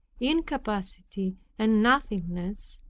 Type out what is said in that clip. incapacity and nothingness,